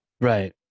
Right